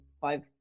five